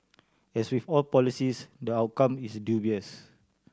as with all policies the outcome is dubious